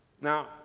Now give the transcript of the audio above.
Now